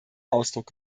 ausdruck